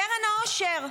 קרן העושר.